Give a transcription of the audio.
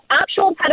actual